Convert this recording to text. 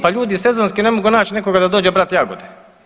Pa ljudi sezonski ne mogu naći nekoga da dođe brati jagode.